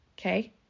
Okay